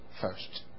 first